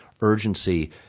urgency